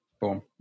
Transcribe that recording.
Boom